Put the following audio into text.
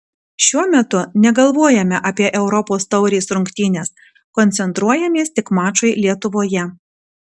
šiuo metu negalvojame apie europos taurės rungtynes koncentruojamės tik mačui lietuvoje